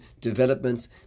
developments